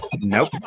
Nope